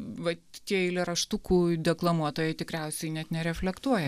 vat tie eilėraštukų deklamuotojai tikriausiai net nereflektuoja